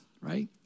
right